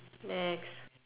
next